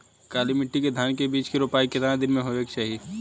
काली मिट्टी के धान के बिज के रूपाई कितना दिन मे होवे के चाही?